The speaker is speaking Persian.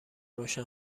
روشن